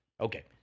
Okay